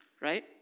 right